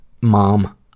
Mom